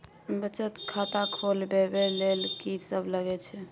बचत खाता खोलवैबे ले ल की सब लगे छै?